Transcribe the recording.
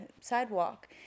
sidewalk